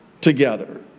together